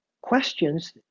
questions